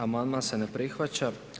Amandman se ne prihvaća.